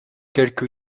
quelque